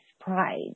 pride